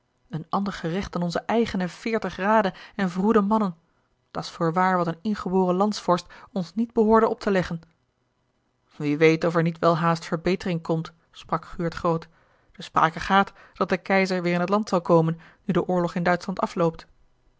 een ander gerecht dan onze eigene veertig raden en vroede mannen dat's voorwaar wat een ingeboren landsvorst ons niet behoorde op te leggen wie weet of er niet welhaast verbetering komt sprak guurt groot de sprake gaat dat de keizer weêr in t land zal komen nu de oorlog in duitschland afloopt